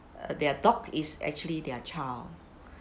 uh their dog is actually their child